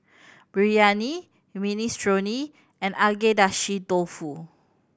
Biryani Minestrone and Agedashi Dofu